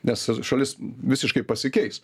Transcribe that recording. nes šalis visiškai pasikeis